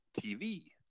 TV